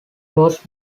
was